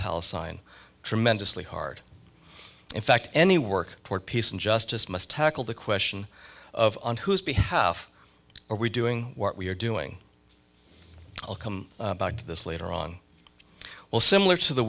palestine tremendously hard in fact any work toward peace and justice must tackle the question of on whose behalf are we doing what we're doing i'll come back to this later on well similar to the